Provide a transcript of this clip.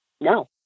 No